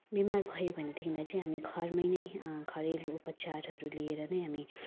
बिमार भयौँ भनेदेखिलाई चाहिँ हामी घरमा नै घरेलु उपचारहरू लिएर नै हामी